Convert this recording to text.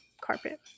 carpet